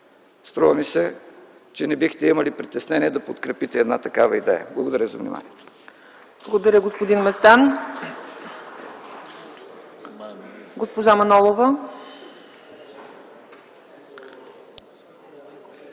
Струва ми се, че не бихте имали притеснение да подкрепите една такава идея. Благодаря за вниманието. ПРЕДСЕДАТЕЛ ЦЕЦКА ЦАЧЕВА: Благодаря, господин Местан. Госпожа Манолова.